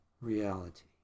reality